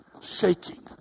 shaking